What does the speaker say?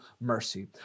mercy